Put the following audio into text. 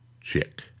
Chick